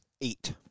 Eight